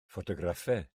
ffotograffau